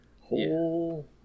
Whole